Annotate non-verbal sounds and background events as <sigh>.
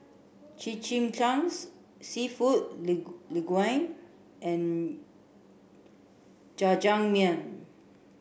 Chimichangas Seafood <unintelligible> Linguine and Jajangmyeon